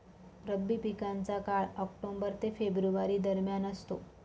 रब्बी पिकांचा काळ ऑक्टोबर ते फेब्रुवारी दरम्यान असतो